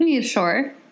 Sure